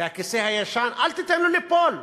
הכיסא הישן, אל תיתן לו ליפול.